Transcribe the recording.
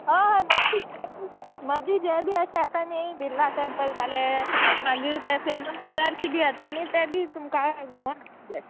हय हय मदीं जें बी मदीं जें बी अशें येता न्ही बिर्ला टेंपल जालें मागीर तें फेमस चर्च बी येता आनी तें बी तुमकां घोवन आसलें